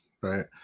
right